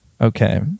Okay